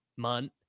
Munt